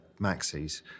maxis